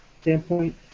standpoint